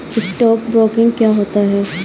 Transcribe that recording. Stock broking क्या है?